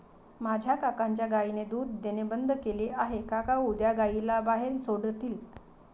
माझ्या काकांच्या गायीने दूध देणे बंद केले आहे, काका उद्या गायीला बाहेर सोडतील